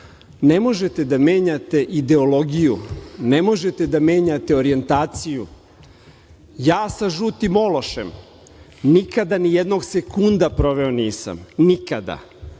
Ne možete da menjate ideologiju, ne možete da menjate orijentaciju. Ja sa žutim ološem nikada ni jednog sekunda proveo nisam, nikada.